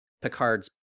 picard's